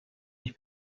mich